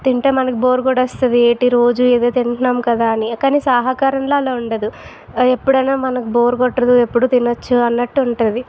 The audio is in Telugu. తింటే మనకి బోర్ కొట్టేస్తుంది ఏమిటి రోజూ ఇదే తింటున్నాం కదా అని కాని సాహాకారంలో అలా ఉండదు ఎప్పుడైనా మనకు బోర్ కొట్టదు ఎప్పుడు తినవచ్చు అన్నట్టు ఉంటుంది